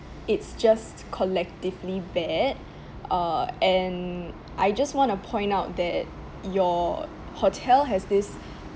it's just collectively bad uh and I just want to point out that your hotel has this